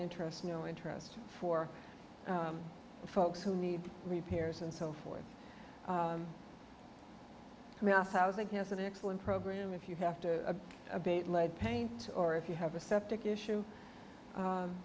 interest no interest for the folks who need repairs and so forth mass housing has an excellent program if you have to bathe lead paint or if you have a septic issue